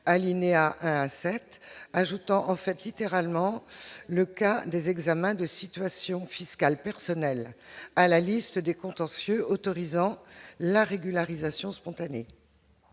alinéa 1 à 7, ajoutant en fait littéralement le cas des examens de situation fiscale personnelle à la liste des contentieux autorisant la régularisation spontanée